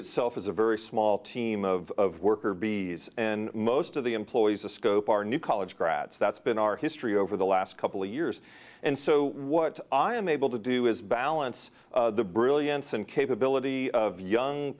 itself is a very small team of worker bees and most of the employees of scope are new college grads that's been our history over the last couple of years and so what i am able to do is balance the brilliance and capability of young